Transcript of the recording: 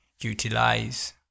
utilize